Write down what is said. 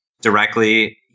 directly